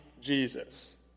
Jesus